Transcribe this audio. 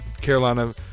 Carolina